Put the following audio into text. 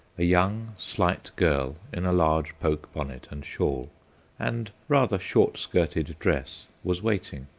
a young slight girl in a large poke-bonnet and shawl and rather short-skirted dress was waiting,